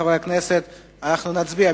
חברי חברי הכנסת, אנחנו נצביע.